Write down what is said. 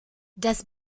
das